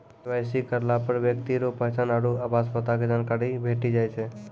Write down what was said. KYC करलापर ब्यक्ति रो पहचान आरु आवास पता के जानकारी भेटी जाय छै